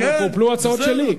גם הופלו הצעות שלי.